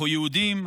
אנחנו יהודים,